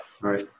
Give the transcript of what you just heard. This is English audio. right